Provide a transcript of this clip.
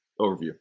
overview